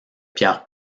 pierre